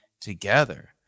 together